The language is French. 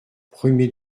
premier